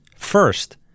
First